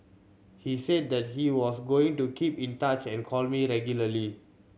he said that he was going to keep in touch and call me regularly